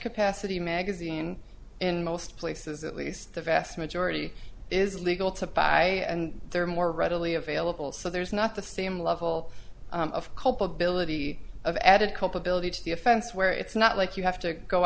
capacity magazine in most places at least the vast majority is legal to buy and they're more readily available so there's not the same level of culpability of added culpability to the offense where it's not like you have to go